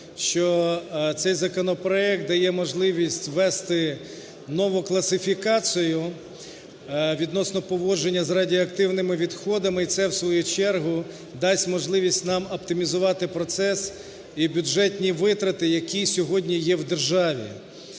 що цей законопроект дає можливість ввести нову класифікацію відносно поводження з радіоактивними відходами. І це в свою чергу дасть можливість нам оптимізувати процес і бюджетні витрати, які сьогодні є в державі.